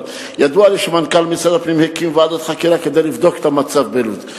אבל ידוע לי שמנכ"ל משרד הפנים הקים ועדת חקירה כדי לבדוק את המצב בלוד.